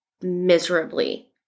miserably